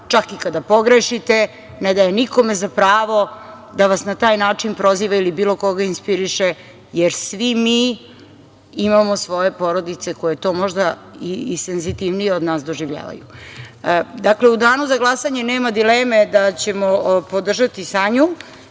čak i kada pogrešite, ne daje nikome za pravo da vas na taj način proziva ili bilo koga inspiriše, jer svi mi imamo svoje porodice koje to možda i senzitivnije od nas doživljavaju.U danu za glasanje nema dileme da ćemo podržati Sanju.